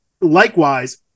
likewise